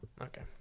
Okay